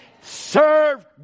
Serve